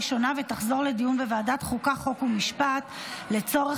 לוועדת החוקה, חוק ומשפט נתקבלה.